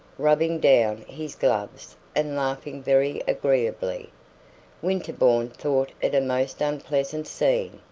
rubbing down his gloves and laughing very agreeably winterbourne thought it a most unpleasant scene.